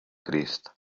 crist